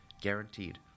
Guaranteed